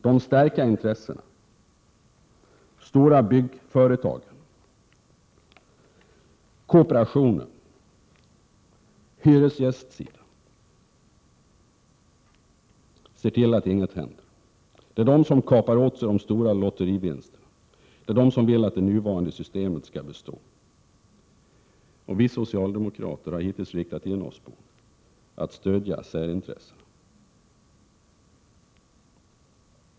De starka intressena — de stora byggföretagen, kooperationen, hyresgästsidan — ser till att inget händer. Det är de som kapar åt sig de stora lotterivinsterna, det är de som vill att det nuvarande systemet skall bestå. Och vi socialdemokrater har hittills riktat in oss på att stödja särintressena.